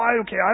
okay